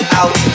out